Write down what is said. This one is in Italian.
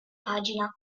pagina